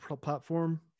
platform